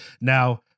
Now